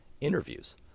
interviews